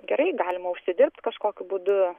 gerai galima užsidirbt kažkokiu būdu